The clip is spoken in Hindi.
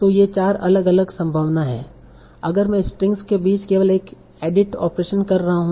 तो ये चार अलग अलग संभावनाएं हैं अगर मैं 2 स्ट्रिंग्स के बीच केवल एक एडिट ऑपरेशन कर रहा हूं